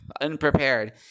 unprepared